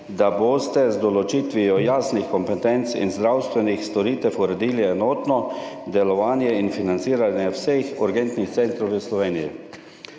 da boste z določitvijo jasnih kompetenc in zdravstvenih storitev uredili enotno delovanje in financiranje vseh urgentnih centrov v Sloveniji.